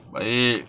baik